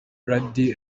brady